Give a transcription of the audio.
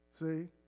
See